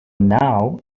now